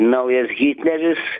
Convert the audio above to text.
naujas hitleris